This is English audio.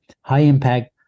high-impact